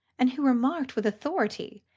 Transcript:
and who remarked with authority,